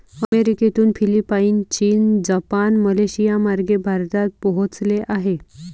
अमेरिकेतून फिलिपाईन, चीन, जपान, मलेशियामार्गे भारतात पोहोचले आहे